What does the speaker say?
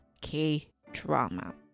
K-drama